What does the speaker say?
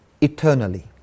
eternally